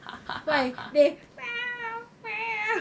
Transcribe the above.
why they meow meow